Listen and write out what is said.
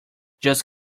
just